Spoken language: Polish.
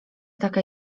taka